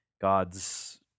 God's